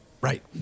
Right